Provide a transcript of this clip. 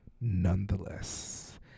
nonetheless